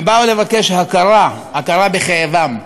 הם באו לבקש הכרה, הכרה בכאבם.